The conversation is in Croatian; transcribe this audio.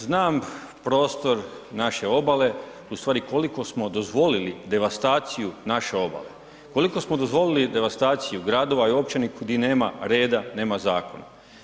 Znam prostor naše obale, ustvari koliko smo dozvolili devastaciju naše obale, koliko smo dozvolili devastaciju gradova i općine gdje nama reda, nema zakona.